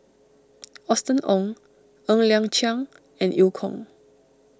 Austen Ong Ng Liang Chiang and Eu Kong